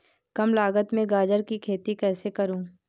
कम लागत में गाजर की खेती कैसे करूँ?